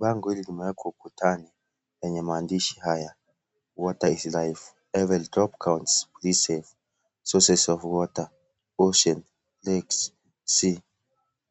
Bango hili limeekwa ukutani, lenye maandishi haya, water is life, every drop counts, be safe. Sources of water, ocean, lakes, sea.